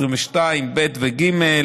22(ב) ו-(ג),